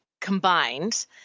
combined